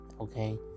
Okay